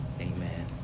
Amen